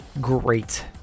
great